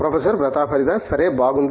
professor Pratap Haridas సరే బాగుంది